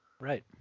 right